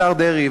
השר דרעי,